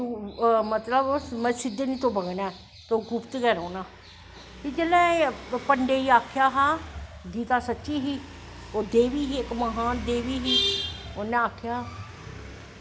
तूं मतलव सिध्दी नी बगनां ऐ तूं गुप्त गै बगनां ते जिसलै पंडत गी आक्खेआ हा सीता सच्ची ही ओह् देवी ही इक महान देवी ही उन्न आखेआ